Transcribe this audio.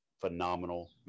phenomenal